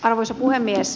arvoisa puhemies